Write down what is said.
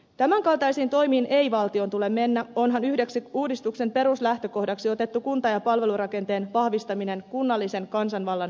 tämän kaltaisiin toimiin ei valtion tule mennä onhan yhdeksi uudistuksen peruslähtökohdaksi otettu kunta ja palvelurakenteen vahvistaminen kunnallisen kansanvallan lähtökohdista